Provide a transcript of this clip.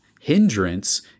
hindrance